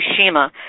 Fukushima